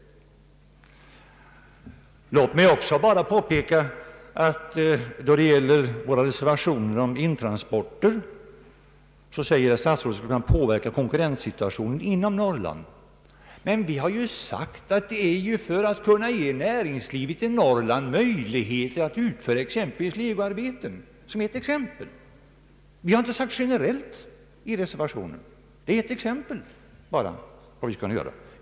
Låt mig också påpeka att när det gäller våra reservationer om intransporter säger herr statsrådet att det skulle kunna påverka konkurrenssituationen inom Norrland. Men vi har sagt att det är för att kunna ge näringslivet 1 Norrland möjligheter att utföra exempelvis legoarbeten. Vi har i reservationen inte sagt att vi vill ha en generell fraktlindring för intransporter.